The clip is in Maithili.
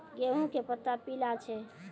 गेहूँ के पत्ता पीला छै?